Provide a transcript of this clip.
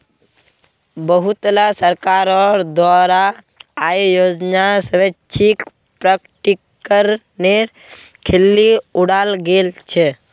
बहुतला सरकारोंर द्वारा आय योजनार स्वैच्छिक प्रकटीकरनेर खिल्ली उडाल गेल छे